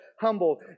humble